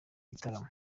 gitaramo